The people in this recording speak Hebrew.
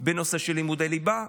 בנושא של לימודי ליבה,